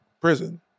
prison